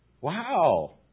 Wow